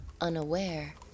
unaware